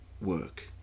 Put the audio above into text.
work